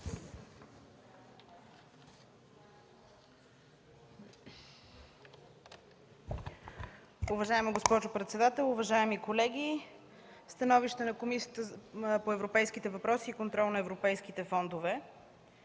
Уважаема госпожо председател, уважаеми колеги! „СТАНОВИЩЕ на Комисията по европейските въпроси и контрол на европейските фондове